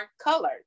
colored